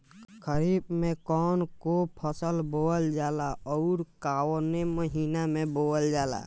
खरिफ में कौन कौं फसल बोवल जाला अउर काउने महीने में बोवेल जाला?